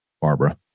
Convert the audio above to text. Barbara